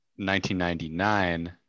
1999